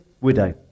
widow